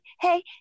hey